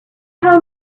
how